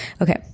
Okay